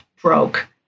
broke